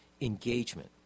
Engagement